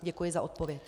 Děkuji za odpověď.